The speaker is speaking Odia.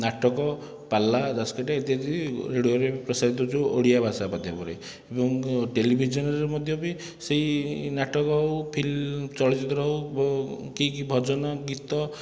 ନାଟକ ପାଲା ଦାସକାଠିଆ ଇତ୍ୟାଦି ରେଡ଼ିଓରେ ପ୍ରସାରିତ ହେଉଛି ଯେଉଁ ଓଡ଼ିଆ ଭାଷା ମାଧ୍ୟମରେ ଏବଂ ଟେଲିଭିଜନରେ ମଧ୍ୟ ବି ସେହି ନାଟକ ହେଉ ଫିଲ୍ମ ଚଳଚିତ୍ର ହେଉ କି ଭଜନ ଗୀତ